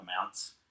amounts